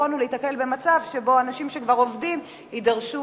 יכולנו להיתקל במצב שבו אנשים שכבר עובדים יידרשו